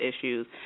issues